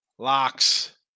Locks